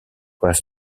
was